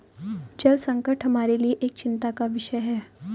जल संकट हमारे लिए एक चिंता का विषय है